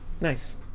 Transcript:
Nice